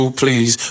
please